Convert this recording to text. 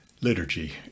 liturgy